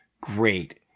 great